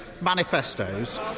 manifestos